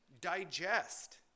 digest